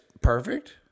perfect